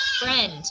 friend